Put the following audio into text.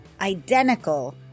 identical